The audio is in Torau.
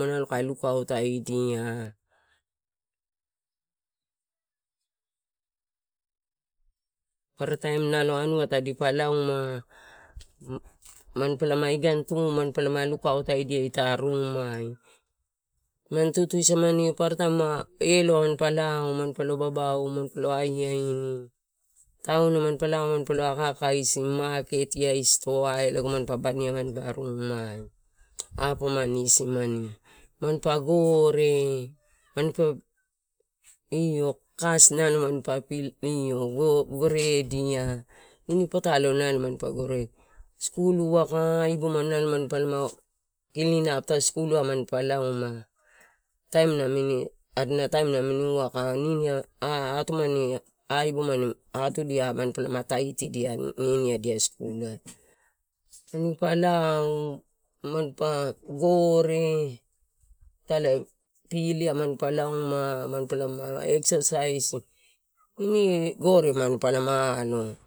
nalo kae lukautadia. Paparataim anua tadia lauma manipala lukautadia tamani tutu samani paparataim eloai lao mamapa lo akaakaisi maketiai, stoai lago manpa baniabanima rumai opomani isimani tampa gore baniabaima rumai apomani isi mani tampa gore nalo kas goredia inipatolo manpa goredia skul wakai nalo mampa lama klin ap, ita skul ai manpa lauma taim namini adinataim namini waka nini a atumani abumani atudia manpa la taitidia niniadia skul ai tanipa lao manpa gore ita fil ai manpa lauma manpa lama eksesais ini gore manpa lama alo.